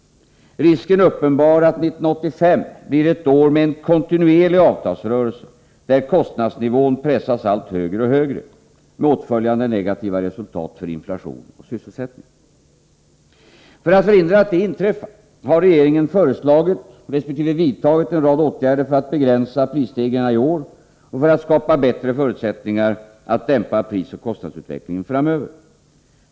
Risken är uppenbar att år 1985 blir ett år med en kontinuerlig avtalsrörelse där kostnadsnivån pressas högre och högre — med åtföljande negativa resultat för inflation och sysselsättning. I syfte att förhindra att det inträffar, har regeringen föreslagit resp. vidtagit en rad åtgärder för att begränsa prisstegringarna i år och för att skapa bättre förutsättningar för en dämpning av prisoch kostnadsutvecklingen framöver.